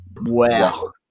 Wow